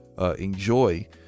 enjoy